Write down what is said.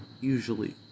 usually